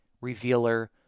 revealer